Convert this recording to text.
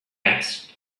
asked